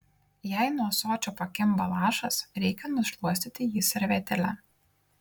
jei nuo ąsočio pakimba lašas reikia nušluostyti jį servetėle